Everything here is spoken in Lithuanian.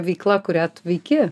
veikla kurią tu veiki